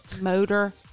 motor